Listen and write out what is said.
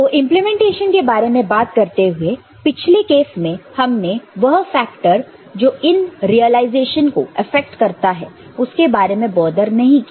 तो इंप्लीमेंटेशन के बारे में बात करते हुए पिछले केस में हमने वह फैक्टर जो इन रिलाइजेशन को अफेक्ट करता है उसके बारे में बॉदर नहीं किया